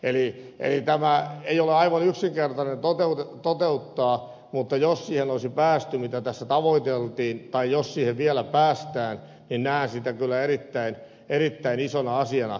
eli tämä ei ole aivan yksinkertainen toteuttaa mutta jos siihen olisi päästy mitä tässä tavoiteltiin tai jos siihen vielä päästään niin näen sen kyllä erittäin isona asiana